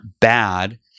bad